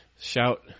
shout